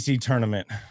tournament